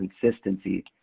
consistency